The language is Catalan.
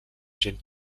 gent